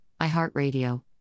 iHeartRadio